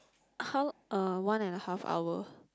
how uh one and a half hour